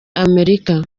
amerika